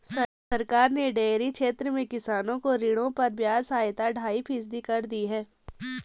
सरकार ने डेयरी क्षेत्र में किसानों को ऋणों पर ब्याज सहायता ढाई फीसदी कर दी है